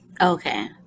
okay